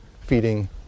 feeding